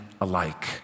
alike